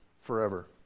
forever